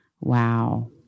Wow